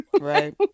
right